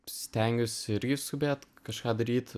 stengiuosi irgi skubėt kažką daryt